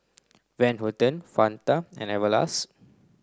Van Houten Fanta and Everlast